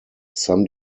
some